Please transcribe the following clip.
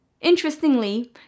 Interestingly